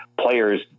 players